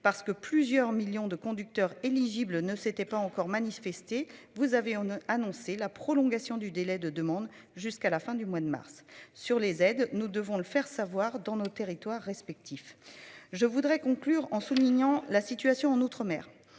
parce que plusieurs millions de conducteurs. Ne s'était pas encore manifestée, vous avez on a annoncé la prolongation du délai de demandes jusqu'à la fin du mois de mars sur les aides, nous devons le faire savoir dans nos territoires respectifs. Je voudrais conclure en soulignant la situation en Outre-mer